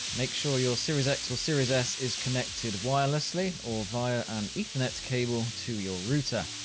make sure your series x or series s is connected wirelessly or via an ethernet cable to your router.